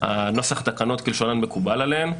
נוסח התקנות כלשונן מקובל עליהם.